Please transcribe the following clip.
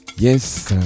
Yes